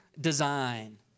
design